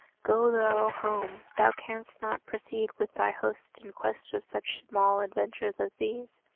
go thou home, thou canst not proceed with thy host in quest of such small adventures as these.